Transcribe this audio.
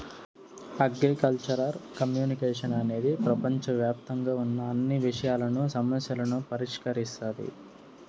agricultural communication అనేది ప్రపంచవ్యాప్తంగా ఉన్న అన్ని విషయాలను, సమస్యలను పరిష్కరిస్తాది